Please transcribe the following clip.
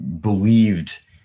believed